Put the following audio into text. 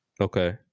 Okay